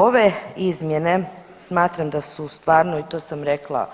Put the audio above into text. Ove izmjene smatram da su stvarno i to sam rekla